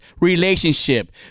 relationship